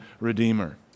Redeemer